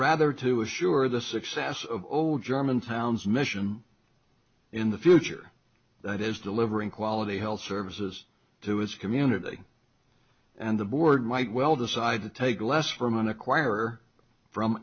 rather to assure the success of all german town's mission in the future that is delivering quality health services to its community and the board might well decide to take less from an acquirer from